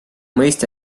mõista